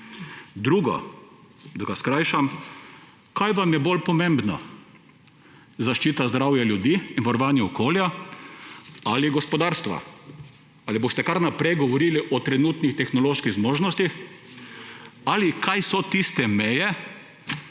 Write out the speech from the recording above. Drugo, da ga skrajšam, »Kaj vam je bolj pomembno: zaščita zdravja ljudi in varovanje okolje ali gospodarstva? Ali boste kar naprej govorili o trenutnih tehnoloških zmožnostih? Ali kaj so tiste meje,